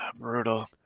brutal